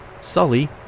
sully